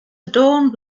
adorned